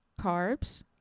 Carbs